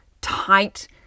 tight